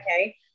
okay